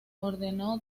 ordenó